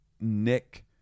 nick